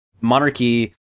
monarchy